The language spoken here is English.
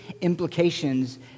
implications